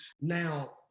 Now